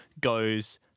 goes